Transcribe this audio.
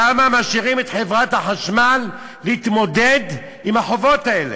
למה משאירים את חברת החשמל להתמודד עם החובות האלה?